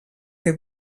que